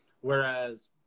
Whereas